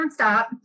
nonstop